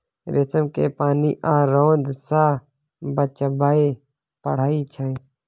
रेशम केँ पानि आ रौद सँ बचाबय पड़इ छै